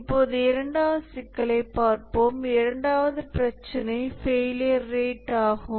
இப்போது இரண்டாவது சிக்கலைப் பார்ப்போம் இரண்டாவது பிரச்சினை ஃபெயிலியர் ரேட் ஆகும்